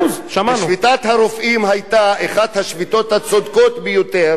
שביתת הרופאים היתה אחת השביתות הצודקות ביותר,